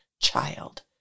child